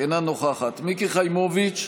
אינה נוכחת מיקי חיימוביץ'